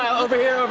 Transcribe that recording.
um over here! over